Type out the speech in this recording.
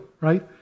right